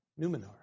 Numenor